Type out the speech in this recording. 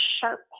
sharp